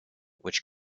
which